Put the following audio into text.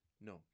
No